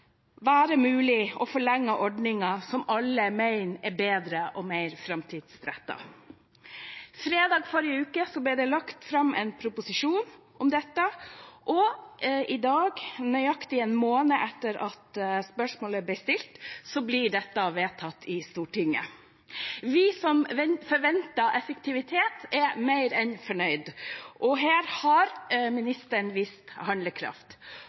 være mulig å forlenge en ordning alle mener er bedre og mer fremtidsrettet?» Fredag forrige uke ble det lagt fram en proposisjon om dette, og i dag, nøyaktig en måned etter at spørsmålet ble stilt, blir dette vedtatt i Stortinget. Vi som forventer effektivitet, er mer enn fornøyd, og her har ministeren vist handlekraft.